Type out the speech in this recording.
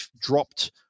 dropped